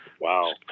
wow